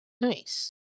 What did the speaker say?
nice